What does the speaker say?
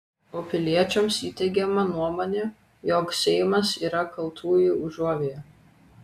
o piliečiams įteigiama nuomonė jog seimas yra kaltųjų užuovėja